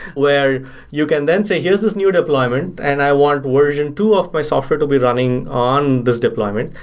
where you can then say, here's this new deployment and i want version two of my software to be running on this deployment.